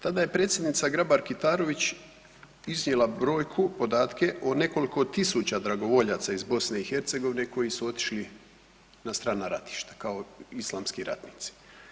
Tada je Predsjednica Grabar-Kitarović iznijela brojku, podatke o nekoliko tisuća dragovoljaca iz BiH-a koji su otišli na strana ratišta, kao islamski ratnici.